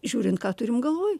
žiūrint ką turim galvoj